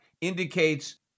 indicates